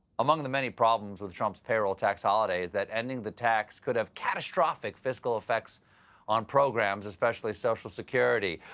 among the many problems with trump's payroll tax holiday is that ending the tax could have catastrophic fiscal effects on programs especially social security.